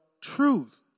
truth